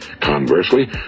conversely